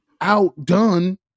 outdone